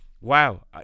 wow